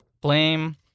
Blame